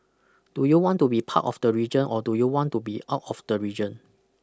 do you want to be part of the region or do you want to be out of the region